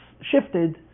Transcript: shifted